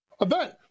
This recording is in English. event